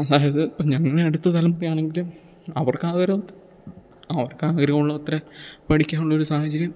അതായത് ഇപ്പം ഞങ്ങളുടെ അടുത്ത തലമുറയാണെങ്കിലും അവർക്ക് ആഗഹം അവർക്ക് ആഗ്രഹമുള്ള അത്ര പഠിക്കാനുള്ളൊരു സാഹചര്യം